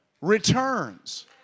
returns